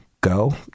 Go